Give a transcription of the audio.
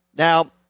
Now